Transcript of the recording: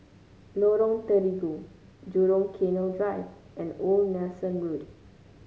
Lorong Terigu Jurong Canal Drive and Old Nelson Road